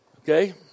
Okay